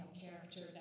character